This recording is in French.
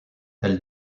elle